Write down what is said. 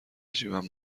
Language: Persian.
جیبم